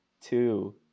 two